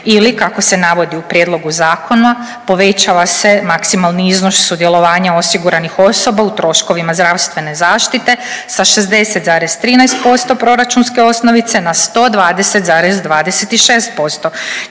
ili kako se navodi u prijedlogu zakona povećava se maksimalni iznos sudjelovanja osiguranih osoba u troškovima zdravstvene zaštite sa 60,13% proračunske osnovice na 120,26%